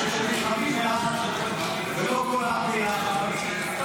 שהם נלחמים --- ולא כל העם ביחד.